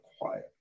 quiet